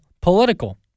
political